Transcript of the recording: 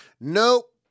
Nope